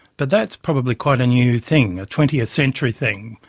but that's probably quite a new thing, a twentieth century thing,